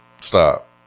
Stop